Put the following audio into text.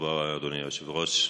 תודה רבה, אדוני היושב-ראש.